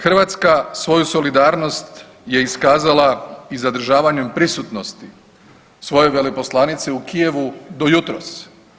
Hrvatska svoju solidarnost je iskazala i zadržavanjem prisutnosti svoje veleposlanice u Kijevu do jutros.